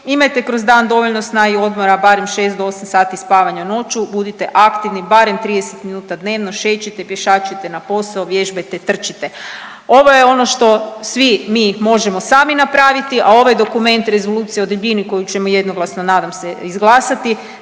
imajte kroz dan dovoljno sna i odmora barem 6-8h spavanja noću, budite aktivni barem 30 minuta dnevno šećite, pješačite na posao, vježbajte, trčite. Ovo je ono što svi mi možemo sami napraviti, a ovaj dokument Rezolucije o debljini koju ćemo jednoglasno nadam se izglasati,